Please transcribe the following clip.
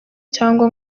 cyangwa